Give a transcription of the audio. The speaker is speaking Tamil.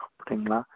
அப்படிங்களா